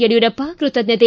ಯಡಿಯೂರಪ್ಪ ಕೃತಜ್ಞತೆ